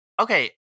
okay